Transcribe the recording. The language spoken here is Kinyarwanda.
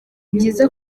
byiza